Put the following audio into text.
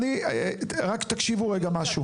רק תקשיבו רגע משהו.